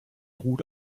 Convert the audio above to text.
ruht